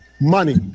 money